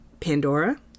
Pandora